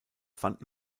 fand